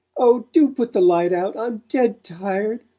oh, do put the light out i'm dead tired,